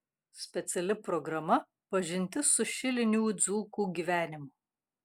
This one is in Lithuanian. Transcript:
speciali programa pažintis su šilinių dzūkų gyvenimu